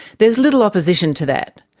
there is little opposition to that,